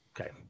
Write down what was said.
Okay